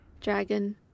dragon